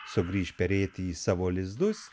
sugrįš perėti į savo lizdus